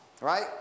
right